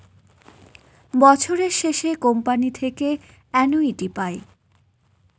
বছরের শেষে কোম্পানি থেকে অ্যানুইটি পায়